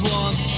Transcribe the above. one